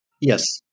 Yes